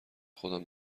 خودم